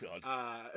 God